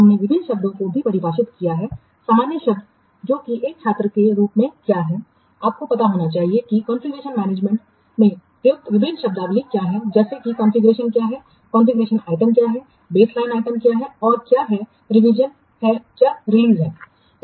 हमने विभिन्न शब्दों को भी परिभाषित किया है सामान्य शब्द जो कि एक छात्र के रूप में क्या हैं आपको पता होना चाहिए कि कॉन्फ़िगरेशनमैनेजमेंट में प्रयुक्त विभिन्न शब्दावली क्या हैं जैसे कि कॉन्फ़िगरेशन क्या है कॉन्फ़िगरेशन आइटम क्या है बेसलाइन आइटम क्या है और क्या है रिवीजन है क्या रिलीज है